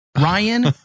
Ryan